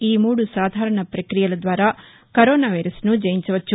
ఈ మూడు సాధారణ పక్రియల ద్వారా కరోనా వైరస్ను జయించవచ్చు